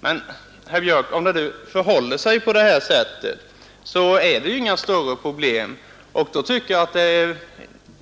Men, herr Björck, om det nu förhåller sig på det sättet så är det ju inga